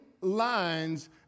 lines